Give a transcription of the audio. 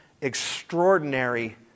extraordinary